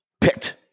picked